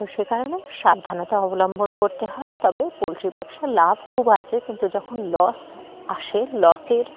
তো সে কারণে সাবধানতা অবলম্বন করতে হয় তবে পোলট্রি ব্যবসায় লাভ খুব আছে কিন্তু যখন লস আসে লসের